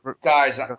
Guys